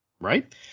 Right